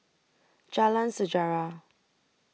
Jalan Sejarah